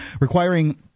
requiring